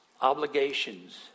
obligations